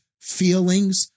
feelings